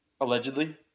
allegedly